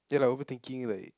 ya lah overthinking like